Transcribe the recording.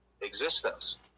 existence